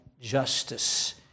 justice